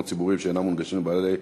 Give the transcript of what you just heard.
ומגבלת בעלות.